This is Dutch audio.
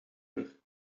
kleur